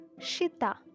Shita